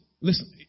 listen